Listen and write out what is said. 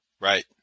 Right